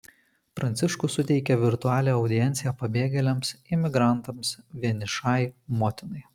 pranciškus suteikė virtualią audienciją pabėgėliams imigrantams vienišai motinai